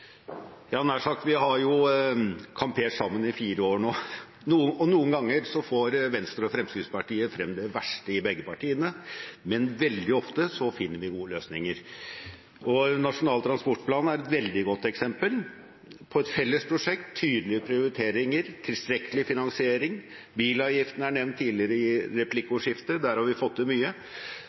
nær sagt, vi har jo kampert sammen i fire år nå, og noen ganger får Venstre og Fremskrittspartiet frem det verste i begge partiene, men veldig ofte finner vi gode løsninger. Nasjonal transportplan er et veldig godt eksempel på et felles prosjekt: tydelige prioriteringer, tilstrekkelig finansiering, bilavgiftene er nevnt tidligere i replikkordskiftet, der har vi fått til mye.